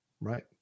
Right